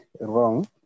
wrong